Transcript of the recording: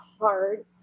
hard